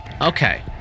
Okay